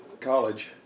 College